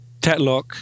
Tetlock